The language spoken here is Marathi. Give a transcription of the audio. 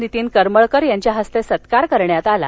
नितीन करमळकर यांच्या हस्ते सत्कार करण्यात आला